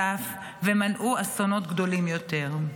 ומנעו אסונות גדולים יותר.